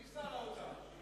מי שר האוצר?